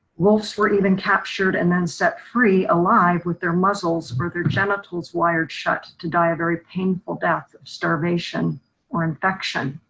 wolves were even captured and then set free alive with their muscles or their genitals wired shut to die a very painful death of starvation or infection.